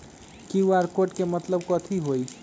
QR code के मतलब कथी होई?